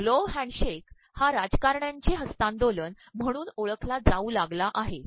'glove handshake ' हा राजकारण्यांचे हस्त्तांदोलन म्हणून ओळखला जाऊ लागला आहे